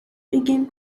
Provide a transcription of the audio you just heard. began